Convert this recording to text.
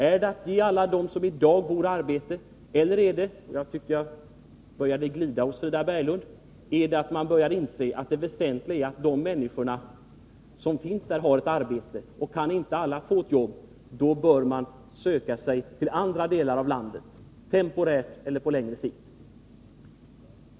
Är det att ge alla som i dag bor där arbete, eller är det — jag tycker att Frida Berglund började glida — att man börjar inse att om alla inte kan få arbete, då bör man söka sig till andra delar av landet, temporärt eller på längre sikt?